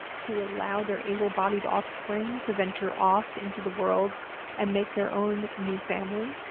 to allow their able bodied offspring to venture off into the world and make their own new family.